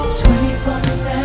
24-7